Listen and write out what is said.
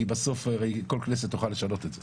כי בסוף הרי כל כנסת תוכל לשנות את זה